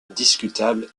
discutable